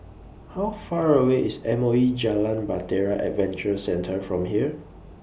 How Far away IS M O E Jalan Bahtera Adventure Centre from here